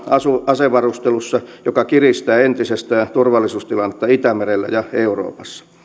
asevarustelussa joka kiristää entisestään turvallisuustilannetta itämerellä ja euroopassa